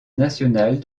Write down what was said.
nationale